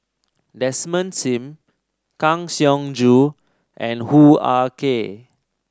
Desmond Sim Kang Siong Joo and Hoo Ah Kay